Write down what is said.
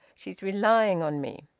she's relying on me.